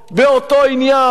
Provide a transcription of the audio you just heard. באותו עניין,